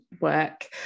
work